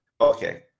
Okay